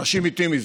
אנשים מתים מזה.